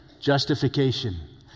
justification